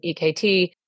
ekt